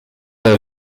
der